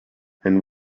and